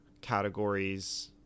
categories